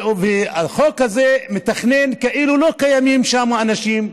החוק הזה מתוכנן כאילו לא קיימים שם אנשים,